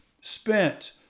spent